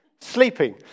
sleeping